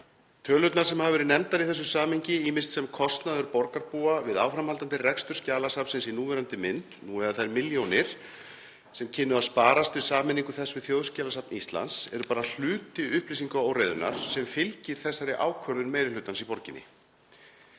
Tölurnar sem hafa verið nefndar í þessu samhengi, ýmist sem kostnaður borgarbúa við áframhaldandi rekstur skjalasafnsins í núverandi mynd nú eða þær milljónir sem kynnu að sparast við sameiningu þess við Þjóðskjalasafn Íslands, eru bara hluti upplýsingaóreiðunnar sem fylgir þessari ákvörðun meiri hlutans í borginni.